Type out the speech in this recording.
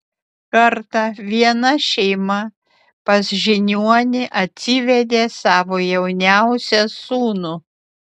kartą viena šeima pas žiniuonį atsivedė savo jauniausią sūnų